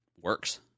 works